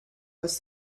was